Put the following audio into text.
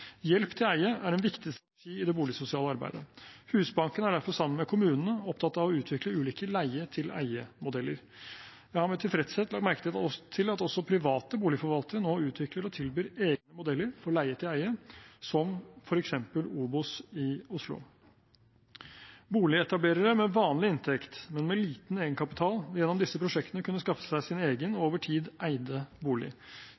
Hjelp til eie er en viktig strategi i det boligsosiale arbeidet. Husbanken er derfor sammen med kommunene opptatt av å utvikle ulike leie-til-eie-modeller. Jeg har med tilfredshet lagt merke til at også private boligforvaltere nå utvikler og tilbyr egne modeller for leie-til-eie, som f.eks. OBOS i Oslo. Boligetablerere med vanlig inntekt, men med liten egenkapital, vil gjennom disse prosjektene over tid kunne skaffe seg sin egen eide bolig.